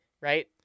right